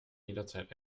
jederzeit